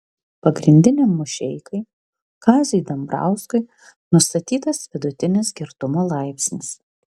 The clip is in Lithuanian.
pagrindiniam mušeikai kaziui dambrauskui nustatytas vidutinis girtumo laipsnis